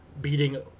beating